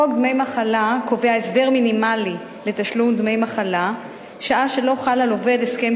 חוק דמי מחלה קובע הסדר מינימלי לתשלום דמי מחלה שעה שלא חל על עובד הסכם